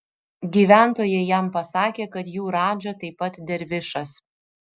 gyventojai jam pasakė kad jų radža taip pat dervišas